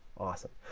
awesome.